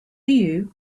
you